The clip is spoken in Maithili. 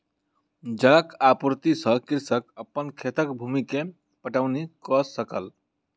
जलक आपूर्ति से कृषक अपन खेतक भूमि के पटौनी कअ सकल